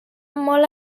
molt